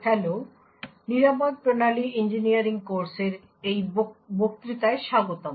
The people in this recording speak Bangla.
হ্যালো এবং সিকিওর সিস্টেম ইঞ্জিনিয়ারিং কোর্সের এই বক্তৃতায় স্বাগতম